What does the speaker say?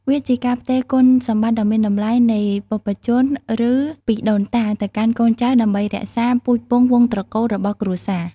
វាជាការផ្ទេរគុណសម្បត្តិដ៏មានតម្លៃពីបុព្វជន ឬពីដូនតា ទៅកាន់កូនចៅ ដើម្បីរក្សា ពូជពង្សវងត្រកូលរបស់គ្រួសារ។